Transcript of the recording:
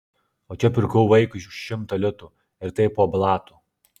o čia pirkau vaikui už šimtą litų ir tai po blatu